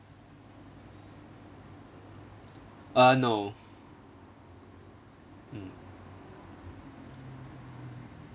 uh no mm